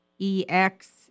ex